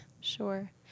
Sure